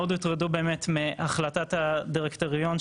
מאוד הוטרדו מהחלטת הדירקטוריון,